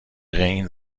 این